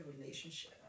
relationship